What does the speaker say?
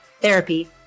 therapy